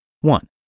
One